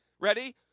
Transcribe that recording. Ready